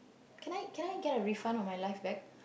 can I can I get a refund on my life back